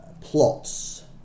plots